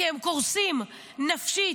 כי הם קורסים, נפשית,